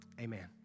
amen